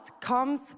comes